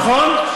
נכון.